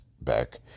back